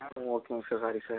ஆ ஓகேங்க sir sorry sir